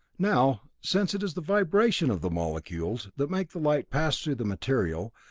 now, since it is the vibration of the molecules that makes the light pass through the material,